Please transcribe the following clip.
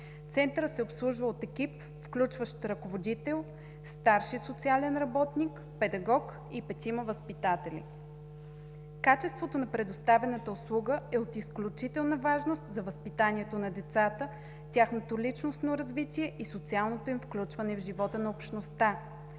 Центърът се обслужва от екип, включващ ръководител, старши социален работник, педагог и петима възпитатели. Качеството на предоставената услуга е от изключителна важност за възпитанието на децата, тяхното личностно развитие и социалното им включване в живота на общността.